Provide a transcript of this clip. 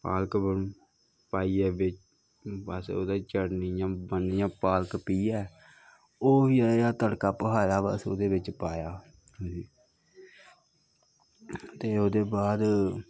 पालक पाइयै बिच्च बस ओह्दे च चटनी इ'यां पालक पिहियै ओह् तड़का भखाए दा हा बस ओह्दे बिच्च पाया ते ते ओह्दे बाद